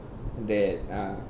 that uh